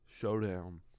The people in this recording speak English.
showdown